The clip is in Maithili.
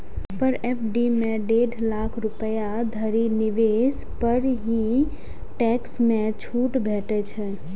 पर एफ.डी मे डेढ़ लाख रुपैया धरि निवेश पर ही टैक्स मे छूट भेटै छै